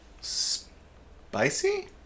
spicy